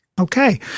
Okay